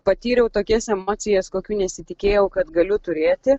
patyriau tokias emocijas kokių nesitikėjau kad galiu turėti